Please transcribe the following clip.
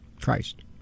Christ